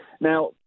Now